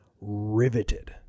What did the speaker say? riveted